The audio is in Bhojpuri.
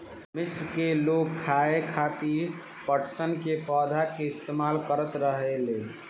मिस्र के लोग खाये खातिर पटसन के पौधा के इस्तेमाल करत रहले